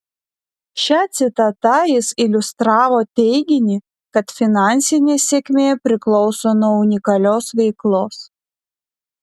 šia citata jis iliustravo teiginį kad finansinė sėkmė priklauso nuo unikalios veiklos